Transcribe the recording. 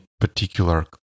particular